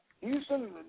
Houston